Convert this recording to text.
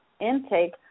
intake